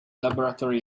laboratory